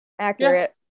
Accurate